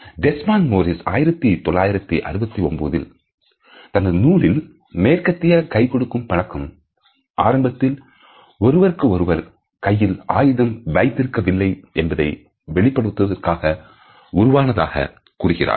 Desmond Morris 1969ல் தனது நூலில் மேற்கத்திய கைகொடுக்கும் பழக்கம் ஆரம்பத்தில் ஒருவருக்கு ஒருவர் கையில் ஆயுதம் வைத்திருக்கவில்லை என்பதை வெளிப்படுத்துவதற்காக உருவானதாக கூறுகிறார்